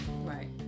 Right